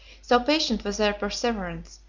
so patient was their perseverance,